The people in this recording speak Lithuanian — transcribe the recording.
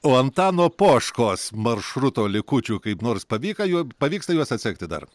o antano poškos maršruto likučių kaip nors pavyko juo pavyksta juos atsekti dar